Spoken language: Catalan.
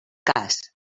cas